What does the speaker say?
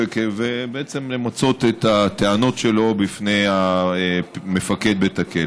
ובעצם למצות את הטענות שלו לפני מפקד בית הכלא.